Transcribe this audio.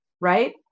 Right